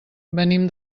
venim